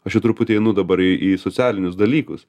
aš jau truputį einu dabar į į socialinius dalykus